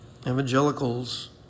Evangelicals